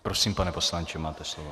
Prosím, pane poslanče, máte slovo.